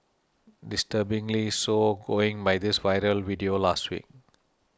disturbingly so going by this viral video last week